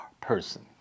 person